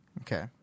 Okay